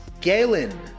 Galen